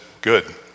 good